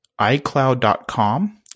iCloud.com